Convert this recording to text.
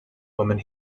woman